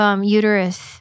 uterus